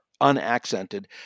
unaccented